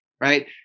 Right